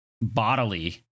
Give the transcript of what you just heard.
bodily